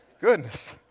Goodness